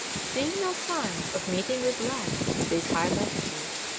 seeing no signs of meeting with land in these high latitudes,